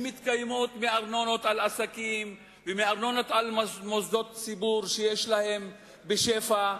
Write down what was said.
הן מתקיימות מארנונות על עסקים ומארנונות על מוסדות ציבור שיש להן בשפע,